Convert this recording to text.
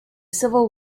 civil